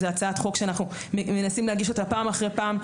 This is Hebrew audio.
זו הצעת חוק שאנחנו מנסים להגיש אותה פעם אחר פעם,